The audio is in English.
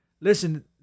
Listen